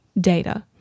Data